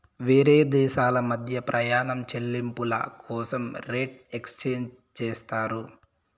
వేరే దేశాల మధ్య ప్రయాణం చెల్లింపుల కోసం రేట్ ఎక్స్చేంజ్ చేస్తారు